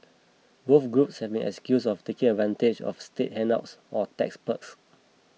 both groups have been accused of taking advantage of state handouts or tax perks